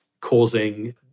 causing